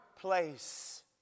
place